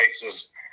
places